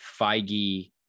Feige